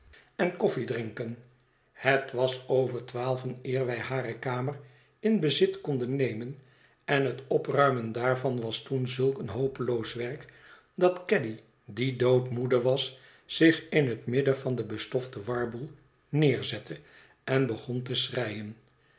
en koffiedrinken het was over twaalven eer wij hare kamer in bezit konden nemen en het opruimen daarvan was toen zulk een hopeloos werk dat caddy die doodmoede was zich in het midden van den bestoften warboel neerzette en begon te schreien